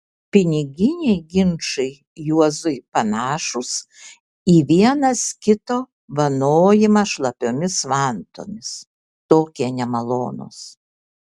piniginiai ginčai juozui panašūs į vienas kito vanojimą šlapiomis vantomis tokie nemalonūs